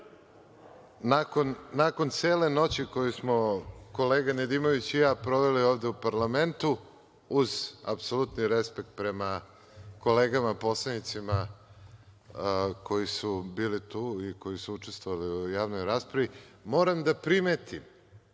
nakon cele noći koje smo kolega Nedimović i ja proveli ovde u parlamentu, uz apsolutni respekt prema kolegama poslanicima koji su bili tu i koji su učestvovali u ovoj javnoj raspravi, moram da primetim